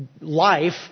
life